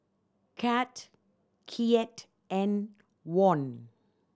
CAD Kyat and Won